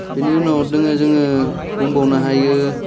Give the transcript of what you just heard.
बेनि उनाव दोङो जोङो बुंबावनो हायो